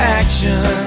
action